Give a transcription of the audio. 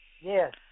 Yes